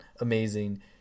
amazing